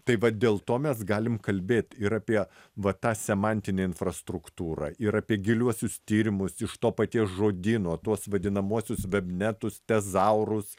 tai vat dėl to mes galim kalbėt ir apie va tą semantinę infrastruktūrą ir apie giliuosius tyrimus iš to paties žodyno tuos vadinamuosius vebnetus tezaurus